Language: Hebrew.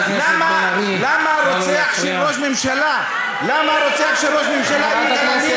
למה רוצח של ראש ממשלה, על מי אתה מגן?